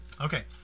Okay